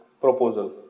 proposal